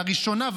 ולראשונה,